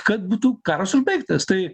kad būtų karas užbaigtas tai